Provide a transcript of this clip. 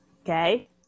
Okay